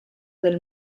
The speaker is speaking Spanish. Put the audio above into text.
del